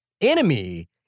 Enemy